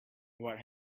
what